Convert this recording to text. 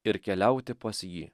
ir keliauti pas jį